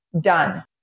done